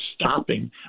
stopping